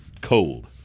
Cold